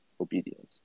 obedience